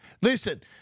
Listen